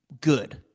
good